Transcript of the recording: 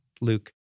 Luke